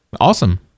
Awesome